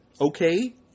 okay